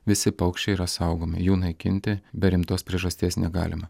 visi paukščiai yra saugomi jų naikinti be rimtos priežasties negalima